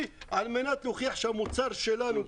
על מנת להוכיח שהמוצר שלנו כחול-לבן,